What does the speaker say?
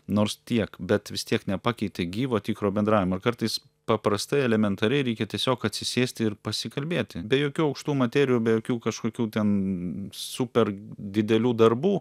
nors tiek bet vis tiek nepakeitė gyvo tikro bendravimo ir kartais paprastai elementariai reikia tiesiog atsisėsti ir pasikalbėti be jokių aukštų materijų be jokių kažkokių ten super didelių darbų